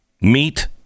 Meet